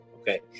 okay